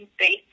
space